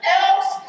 else